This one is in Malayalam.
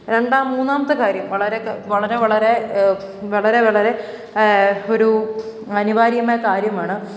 രണ്ടാം മൂന്നാമത്തെ കാര്യം വളരെ വളരെ വളരെ വളരെ വളരെ ഒരു അനിവാര്യമായ കാര്യമാണ്